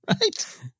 Right